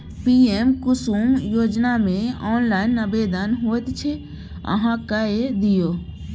PM Kusum योजनामे online आवेदन होइत छै अहाँ कए दियौ